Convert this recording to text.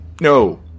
no